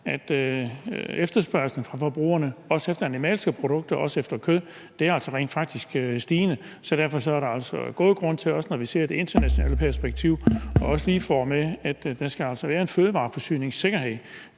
at efterspørgslen fra forbrugerne, også efter animalske produkter, også efter kød, altså rent faktisk er stigende. Så derfor er der altså god grund til, at vi, også når vi ser det i et internationalt perspektiv, også lige får med, at der altså skal være en fødevareforsyningssikkerhed.